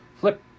flip